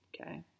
okay